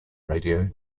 radio